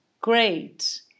Great